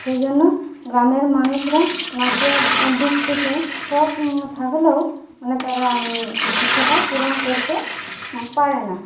সেইজন্য গ্রামের মানুষরা নাচের দিক থেকে শক থাকলেও তারা সেটা পূরণ করতে পারে না